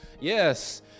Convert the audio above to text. Yes